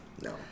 no